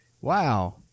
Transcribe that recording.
wow